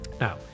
Now